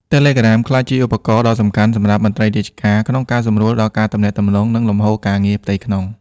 Telegram បានក្លាយជាឧបករណ៍ដ៏សំខាន់សម្រាប់មន្ត្រីរាជការក្នុងការសម្រួលដល់ការទំនាក់ទំនង និងលំហូរការងារផ្ទៃក្នុង។